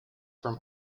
from